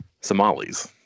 Somalis